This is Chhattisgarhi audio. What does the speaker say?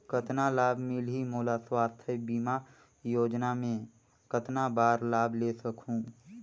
कतना लाभ मिलही मोला? स्वास्थ बीमा योजना मे कतना बार लाभ ले सकहूँ?